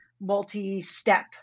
multi-step